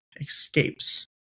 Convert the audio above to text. escapes